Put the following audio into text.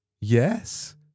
Yes